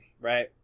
right